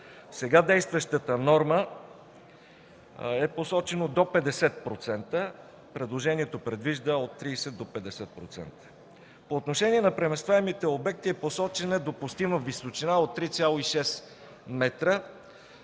сега действащата норма е посочено до 50%, а предложението предвижда от 30 до 50%. По отношение на преместваемите обекти е посочена допустима височина от 3,6 м,